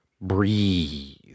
Breathe